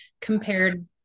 compared